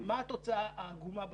מה התוצאה העגומה בשטח?